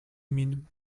mean